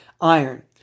Iron